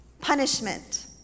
punishment